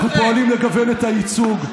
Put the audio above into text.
אנחנו פועלים לגוון את הייצוג.